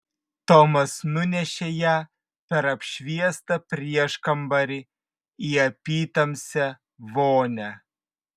tomas nunešė ją per apšviestą prieškambarį į apytamsę vonią